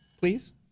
Please